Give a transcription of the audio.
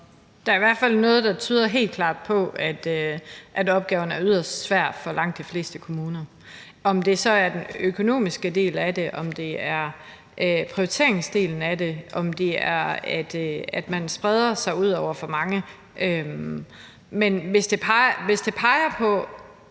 Der er i hvert fald noget, der helt klart tyder på, at opgaven er yderst svær for langt de fleste kommuner – om det så er den økonomiske del af det; om det er prioriteringen af det; om det er, at man spreder sig ud over for mange. Når evalueringen peger på